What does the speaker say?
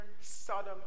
Sodom